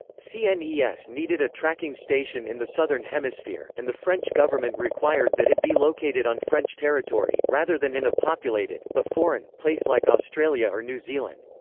cnes yeah needed a tracking station in the southern hemisphere, and the french government required that it be located on french territory, rather than in a populated, but foreign, place like australia or new zealand.